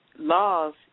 Laws